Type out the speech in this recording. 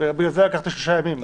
בגלל זה לקחתי שלושה ימים.